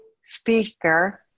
speaker